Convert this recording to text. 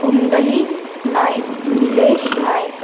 Pundalik Nayak Nilesh Naik